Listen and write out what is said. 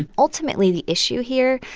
and ultimately, the issue here,